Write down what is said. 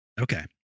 Okay